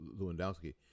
lewandowski